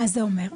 מה זה אומר?